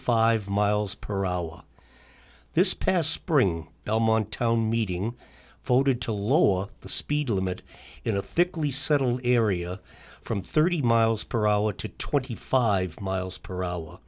five miles per hour this past spring belmont town meeting voted to lower the speed limit in a thickly settled area from thirty miles per hour to twenty five miles per hour